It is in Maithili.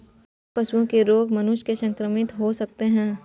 की पशुओं के रोग मनुष्य के संक्रमित होय सकते है?